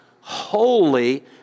holy